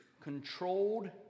controlled